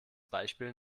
beispiel